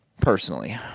personally